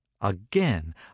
Again